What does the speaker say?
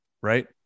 Right